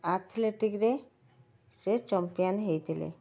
athletic ରେ ସେ champion ହେଇଥିଲେ